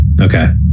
Okay